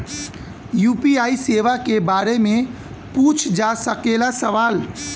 UPI सेवा के बारे में पूछ जा सकेला सवाल?